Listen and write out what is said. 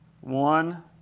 One